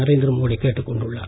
நரேந்திர மோடி கேட்டுக் கொண்டுள்ளார்